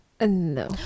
no